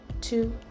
two